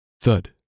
Thud